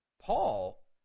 Paul